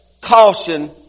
caution